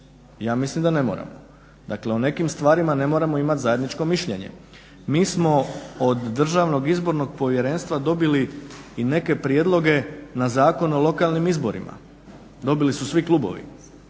ja mislim da ne moramo. Dakle o nekim stvarima ne moramo imati zajedničko mišljenje. Mi smo od DIP-a dobili i neke prijedloge na Zakon o lokalnim izborima, dobili su svi klubovi.